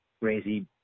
crazy